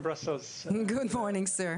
אני רוצה להציג את מר מקס יוב,